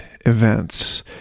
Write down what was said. events